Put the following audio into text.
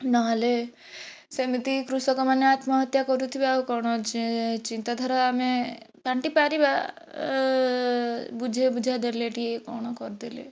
ନହେଲେ ସେମିତି କୃଷକମାନେ ଆତ୍ମହତ୍ୟା କରୁଥିବେ ଆଉ କ'ଣ ଚିନ୍ତାଧାରା ଆମେ ବାଣ୍ଟି ପାରିବା ବୁଝାଇ ବୁଝା ଦେଲେ ଟିକେ କ'ଣ କରିଦେଲେ